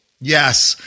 Yes